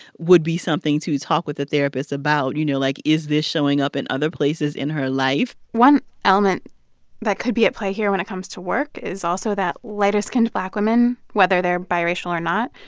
would be something to talk with a therapist about. you know, like, is this showing up in other places in her life? one element that could be at play here when it comes to work is also that lighter-skinned black women, whether they're biracial or not,